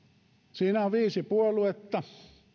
siinä on viisi puoluetta